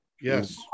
yes